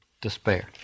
despair